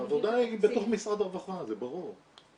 העבודה היא בתוך משרד הרווחה, זה ברור.